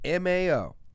MAO